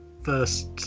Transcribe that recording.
first